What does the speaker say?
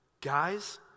Guys